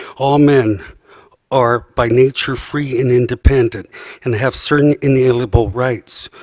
all men are by nature free and independent and have certain inalienable rights.